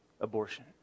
abortion